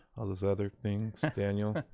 those other things, daniel?